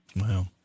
wow